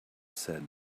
said